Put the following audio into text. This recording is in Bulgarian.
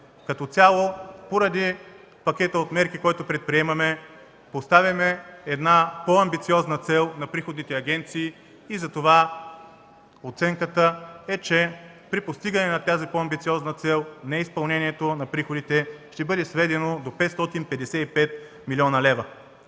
Като цяло поради пакета от мерки, който предприемаме, поставяме по-амбициозна цел на приходните агенции и затова оценката е, че при постигането на тази по-амбициозна цел неизпълнението на приходите ще бъде сведено до 555 млн. лв.